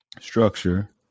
structure